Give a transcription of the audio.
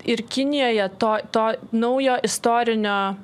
ir kinijoje to to naujo istorinio